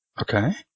Okay